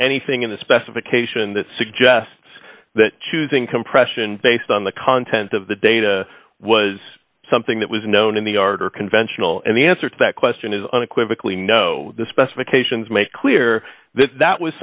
anything in the specification that suggests that choosing compression based on the content of the data was something that was known in the art or conventional and the answer to that question is unequivocally no the specifications make clear that that was